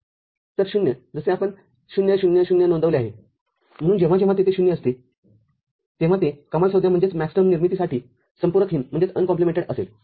तर० जसे आपण ० ० ० नोंदवले आहेम्हणून जेव्हा जेव्हा तेथे ० असतेतेव्हा ते कमाल संज्ञा निर्मितीसाठी संपूरकहीन असेल